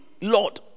Lord